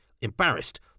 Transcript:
embarrassed